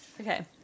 Okay